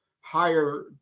higher